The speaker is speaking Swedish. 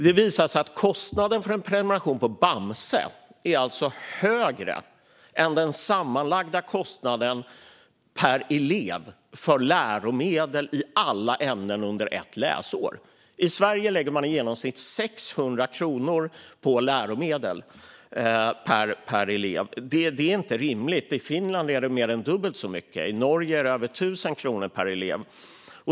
Det visade sig att kostnaden för en prenumeration på Bamse är högre än den sammanlagda kostnaden per elev för läromedel i alla ämnen under ett läsår. I Sverige lägger man i genomsnitt 600 kronor per elev på läromedel. Det är inte rimligt. I Finland är det mer än dubbelt så mycket, och i Norge är det över 1 000 kronor per elev.